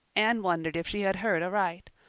anne wondered if she had heard aright.